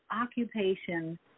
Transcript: occupation